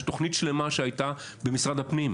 יש תוכנית שלמה שהייתה במשרד הפנים.